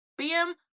bm